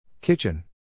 Kitchen